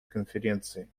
конференции